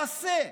פאסה.